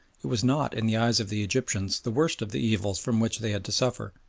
it was not in the eyes of the egyptians the worst of the evils from which they had to suffer.